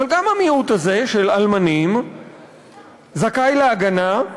אבל גם המיעוט הזה של אלמנים זכאי להגנה,